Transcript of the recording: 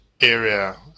area